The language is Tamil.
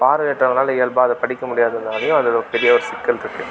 பார்வையற்றவங்களால் இயல்பாக அதை படிக்க முடியாததாலையும் அதில் ஒரு பெரிய ஒரு சிக்கல் இருக்குது